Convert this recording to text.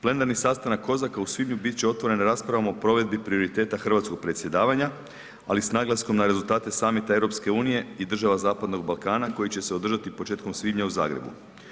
Plenarni sastanak Kozaka u svibnju bit će otvoren raspravama o provedbi prioriteta hrvatskog predsjedavanja, ali s naglaskom na rezultate samita EU i država zapadnog Balkana koji će se održati početkom svibnja u Zagrebu.